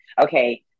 okay